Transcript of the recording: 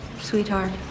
Sweetheart